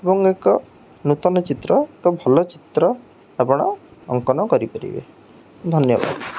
ଏବଂ ଏକ ନୂତନ ଚିତ୍ର ଏକ ଭଲ ଚିତ୍ର ଆପଣ ଅଙ୍କନ କରିପାରିବେ ଧନ୍ୟବାଦ